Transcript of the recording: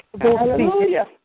Hallelujah